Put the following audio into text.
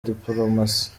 dipolomasi